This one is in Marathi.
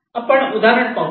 आपण उदाहरण पाहू